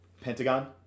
Pentagon